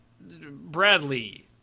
Bradley